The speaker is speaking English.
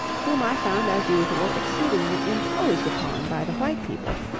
whom i found as usual exceedingly imposed upon by the white people,